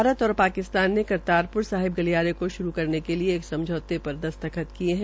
भारत और पाकिस्तान ने करतारप्र साहिब गलियारे को श्रू करने के लिए एक समझौते पर दस्तखत किये है